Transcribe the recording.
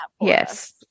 Yes